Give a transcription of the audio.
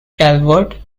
calvert